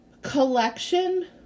Collection